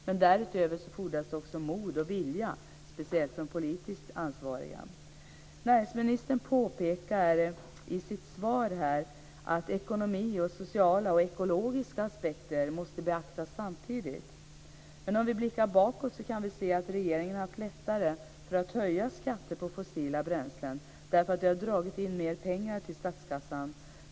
Men därutöver fordras också mod och vilja, speciellt från de politiskt ansvariga. Näringsministern påpekar i sitt svar att ekonomi och sociala och ekologiska aspekter måste beaktas samtidigt. Men om vi blickar bakåt kan vi se att regeringen har haft lättare för att höja skatter på fossila bränslen därför att det har dragit in mer pengar till statskassan.